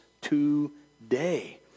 today